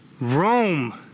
Rome